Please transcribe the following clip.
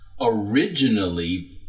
originally